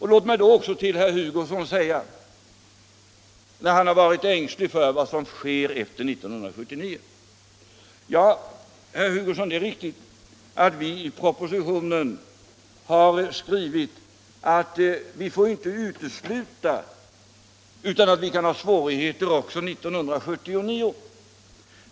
Herr Hugosson har varit ängslig för vad som sker efter 1979. Ja, det är riktigt att vi i propositionen har skrivit att vi inte får utesluta att vi kan ha svårigheter också 1979.